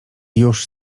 już